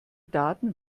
daten